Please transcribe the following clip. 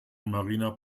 marina